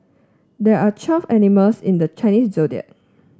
there are twelve animals in the Chinese Zodiac